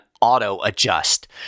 auto-adjust